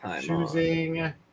choosing